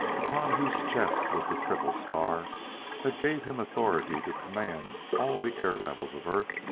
upon whose chest was the triple star that gave him authority to command all the air-levels of earth,